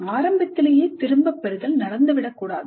ஆரம்பத்திலேயே திரும்பப் பெறுதல் நடந்துவிடக்கூடாது